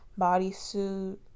bodysuit